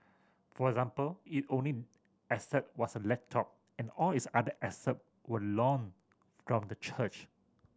for example it only asset was a laptop and all its other asset were loaned from the church